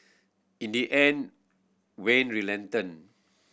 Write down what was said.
in the end Wayne relented